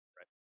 Right